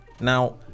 Now